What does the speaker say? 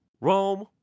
Rome